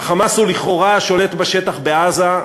ה"חמאס" לכאורה שולט בשטח, בעזה,